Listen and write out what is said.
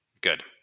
Good